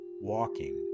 walking